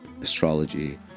astrology